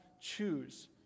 choose